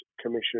Commission